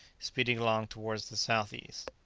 speeding along towards the south-east.